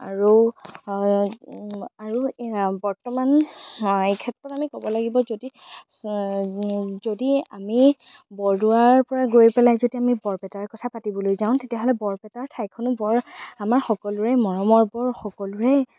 আৰু আৰু বৰ্ত্তমান এই ক্ষেত্ৰত আমি ক'ব লাগিব যদি যদি আমি বৰদোৱাৰ পৰা গৈ পেলাই যদি আমি বৰপেটাৰ কথা পাতিবলৈ যাওঁ তেতিয়াহ'লে বৰপেটা ঠাইখনো বৰ আমাৰ সকলোৰে মৰমৰ বৰ সকলোৰে